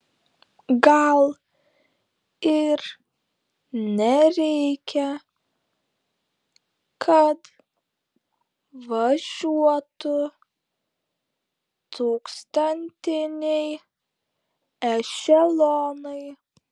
gal ir nereikia kad važiuotų tūkstantiniai ešelonai